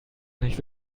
nicht